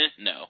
no